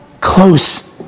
close